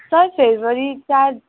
sir February चार